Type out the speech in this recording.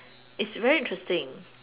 it's very interesting